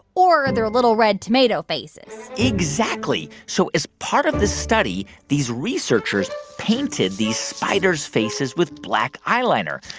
or their little, red tomato faces exactly. so as part of this study, these researchers painted these spiders' faces with black eyeliner.